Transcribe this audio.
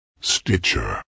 Stitcher